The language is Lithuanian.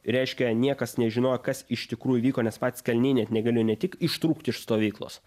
reiškia niekas nežinojo kas iš tikrųjų vyko nes patys kaliniai net negalėjo ne tik ištrūkti iš stovyklos